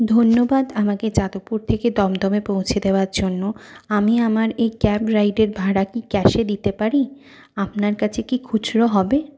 ধন্যবাদ আমাকে যাদবপুর থেকে দমদমে পৌঁছে দেওয়ার জন্য আমি আমার এই ক্যাব রাইডের ভাড়া কি ক্যাশে দিতে পারি আপনার কাছে কি খুচরো হবে